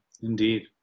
indeed